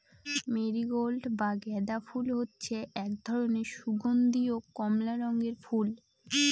marigold বা গাঁদা ফুল হচ্ছে এক ধরনের সুগন্ধীয় কমলা রঙের ফুল